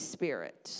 Spirit